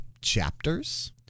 chapters